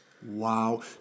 Wow